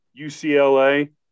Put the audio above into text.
UCLA